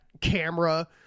camera